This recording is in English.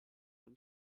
when